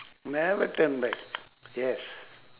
never turn back yes